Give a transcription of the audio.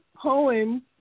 poems